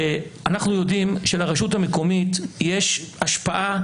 יודעים שלרשות המקומית יש השפעה